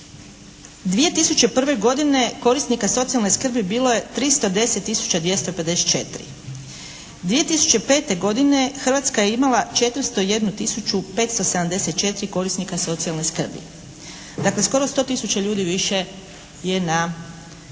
2001. godine korisnika socijalne skrbi bilo je 310 tisuća 254. 2005. godine Hrvatska je imala 401 tisuću 574 korisnika socijalne skrbi. Dakle skoro 100 tisuća ljudi više je na